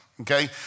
okay